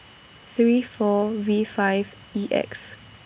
three four V five E X